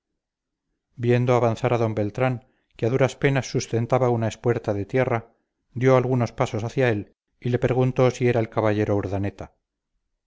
viendo avanzar a d beltrán que a duras penas sustentaba una espuerta de tierra dio algunos pasos hacia él y le preguntó si era el caballero urdaneta